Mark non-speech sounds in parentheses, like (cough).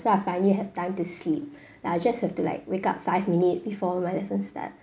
so I finally have time to sleep (breath) like I just have to like wake up five minute before my lesson start